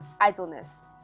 idleness